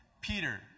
Peter